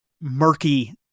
murky